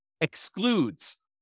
excludes